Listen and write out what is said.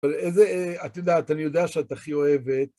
אבל איזה, את יודעת, אני יודעת שאת הכי אוהבת.